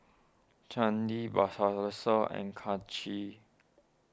Chandi and Kanshi